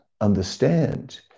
understand